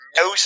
no